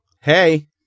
Hey